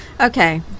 Okay